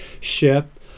ship